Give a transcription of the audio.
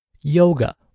yoga